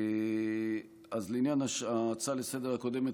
אז לעניין ההצעה לסדר-היום הקודמת,